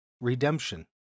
redemption